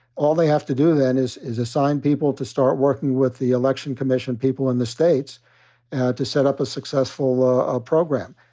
all they have to do then is is assign people to start working with the election commission people in the states to set up a successful ah program.